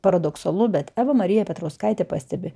paradoksalu bet eva marija petrauskaitė pastebi